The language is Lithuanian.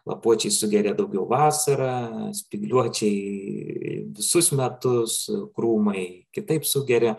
lapuočiai sugeria daugiau vasarą spygliuočiai visus metus krūmai kitaip sugeria